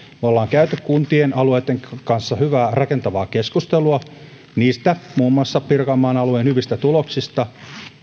me olemme käyneet kuntien alueiden kanssa hyvää rakentavaa keskustelua muun muassa pirkanmaan alueen hyvistä tuloksista